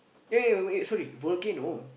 ya ya wait sorry volcano